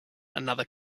another